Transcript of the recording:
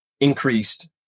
increased